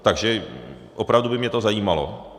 Takže opravdu by mě to zajímalo.